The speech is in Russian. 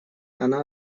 она